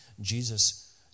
Jesus